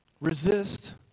Resist